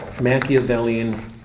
Machiavellian